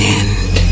end